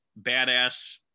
badass